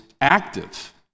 active